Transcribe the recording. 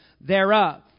thereof